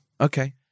Okay